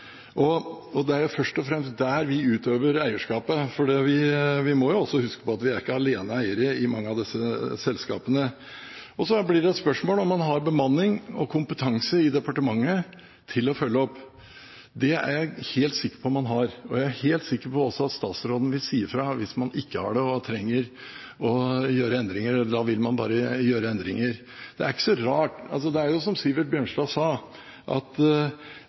Det er først og fremst der vi utøver eierskapet, men vi må også huske på at vi er ikke aleneeier i mange av disse selskapene. Så blir det et spørsmål om man har bemanning og kompetanse i departementet til å følge opp. Det er jeg helt sikker på at man har. Jeg er også helt sikker på at statsråden sier ifra hvis man ikke har det og trenger å gjøre endringer. Da gjør man bare endringene. Det er som representanten Sivert Bjørnstad sa, det dreier seg om lovbrudd for selskapene. Da er det heller ikke så rart